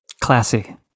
Classy